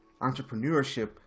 entrepreneurship